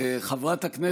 חברינו